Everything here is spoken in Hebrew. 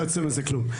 ולא יוצא מזה כלום.